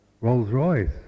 Rolls-Royce